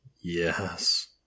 Yes